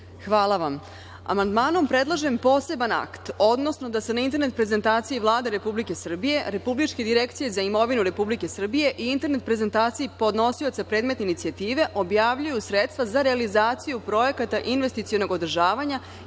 Hvala vam. Amandmanom predlažem poseban akt, odnosno da se na internet prezentaciji Vlade Republike Srbije, Republičke direkcije za imovinu Republike Srbije i internet prezentaciji podnosioca predmeta inicijative objavljuju sredstva za realizaciju projekata investicionog održavanja